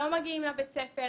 לא מגיעים לבית הספר.